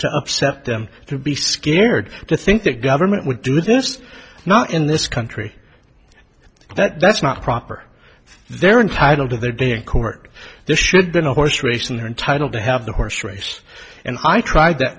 to upset them to be scared to think the government would do this now in this country that that's not proper they're entitled to their day in court this should been a horse race in her title to have the horse race and i tried that